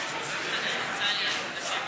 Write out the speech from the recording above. המחנה הציוני לסעיף